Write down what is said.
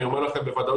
אני אומר לכם בוודאות,